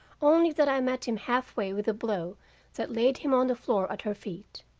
only that i met him half way with a blow that laid him on the floor at her feet.